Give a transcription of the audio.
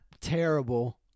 terrible